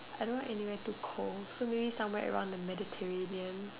I don't like anywhere too cold so maybe somewhere like the Mediterranean